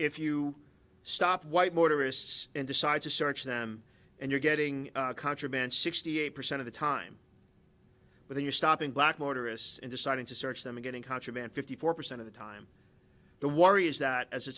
if you stop white motorists and decide to search them and you're getting contraband sixty eight percent of the time when you're stopping black motorists in deciding to search them and getting contraband fifty four percent of the time the worry is that as